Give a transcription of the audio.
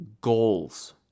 goals